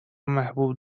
محبوب